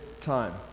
time